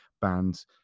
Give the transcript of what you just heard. bands